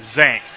Zank